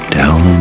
down